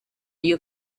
you